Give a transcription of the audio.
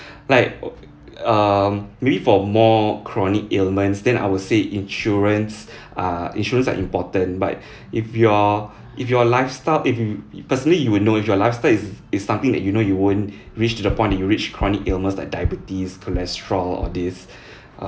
like uh um maybe for more chronic ailments then I would say insurance uh insurance are important but if your if your lifestyle if you personally you will know if your lifestyle is is something that you know you won't reached to the point that you will reach chronic illness like diabetes cholesterol all these err